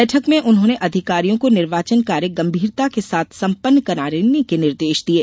बैठक में उन्होंने अधिकारियों को निर्वाचन कार्य गंभीरता के साथ संपन्न कराने के निर्देश दिये